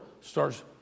starts